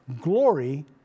Glory